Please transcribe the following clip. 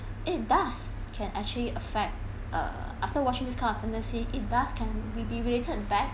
it thus can actually affect uh after watching this kind of fantasy it thus it can we be related back